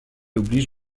oblige